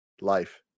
Life